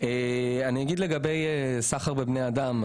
לגבי סחר בבני אדם,